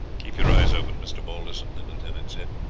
keep your eyes open, mr. balderson, the lieutenant said.